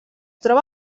troba